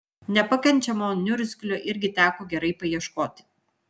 nepakenčiamo niurgzlio irgi teko gerai paieškoti